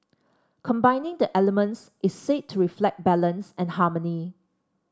combining the elements is said to reflect balance and harmony